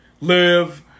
live